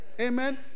Amen